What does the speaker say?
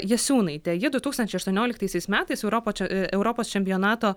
jasiūnaitė ji du tūkstančiai aštuonioliktaisiais metais europo če europos čempionato